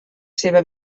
seva